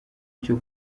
cyo